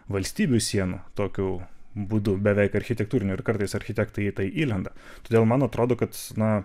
valstybių sienų tokiu būdu beveik architektūriniu ir kartais architektai į tai įlenda todėl man atrodo kad na